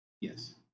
Yes